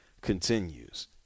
continues